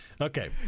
Okay